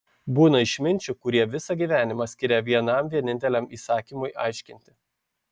būna išminčių kurie visą gyvenimą skiria vienam vieninteliam įsakymui aiškinti